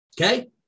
Okay